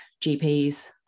GPs